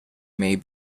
may